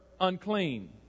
unclean